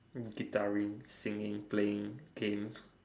guitaring singing playing games